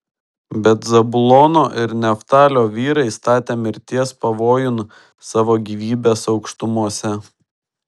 bet zabulono ir neftalio vyrai statė mirties pavojun savo gyvybes aukštumose